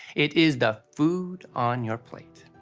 it is the food on your plate.